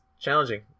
challenging